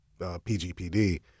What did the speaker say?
PGPD